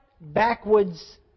backwards